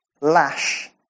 lash